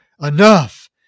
enough